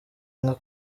nka